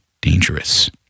dangerous